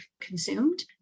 consumed